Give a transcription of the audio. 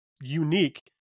unique